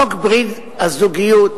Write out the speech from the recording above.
חוק ברית הזוגיות,